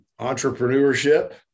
entrepreneurship